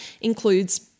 includes